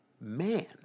man